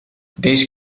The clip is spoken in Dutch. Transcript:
deze